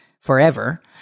forever